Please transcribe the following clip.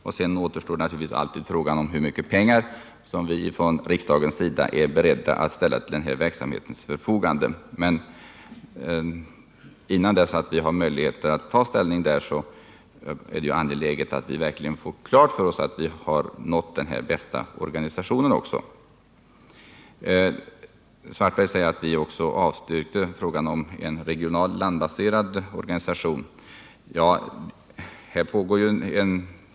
Därefter återstår naturligtvis alltid frågan om hur mycket pengar som vi från riksdagens sida är beredda att ställa till den här verksamhetens förfogande. Innan vi kan ta ställning till det är det angeläget att vi verkligen får klart för oss att vi har fått fram den bästa organisationen. Karl-Erik Svartberg säger att vi i utskottet har avstyrkt frågan om en regional, landbaserad organisation.